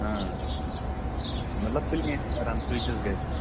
مطلب پُلین فٮ۪رَن کۭتِس گژھِ